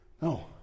No